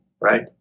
right